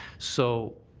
so,